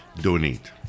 donate